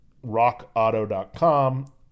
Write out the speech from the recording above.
RockAuto.com